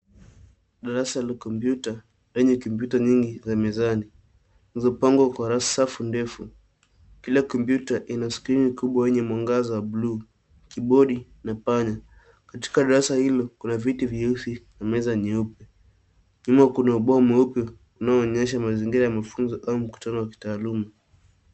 Darasa la kompyuta lenye kompyuta nyingi za mezani, zilizopangwa kwa safu ndefu. Kila kompyuta ina skrini kubwa yenye mwangaza wa blue , keyboard na panya. Katika darasa hilo kuna viti vyeusi na meza nyeupe. Nyuma kuna ubao mweupe unaoonyesha mazingira ya mafunzo au mkutano wa kitaaluma.